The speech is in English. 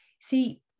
see